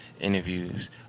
Interviews